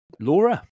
laura